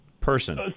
person